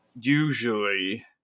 usually